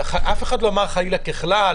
אף אחד לא אמר חלילה ככלל.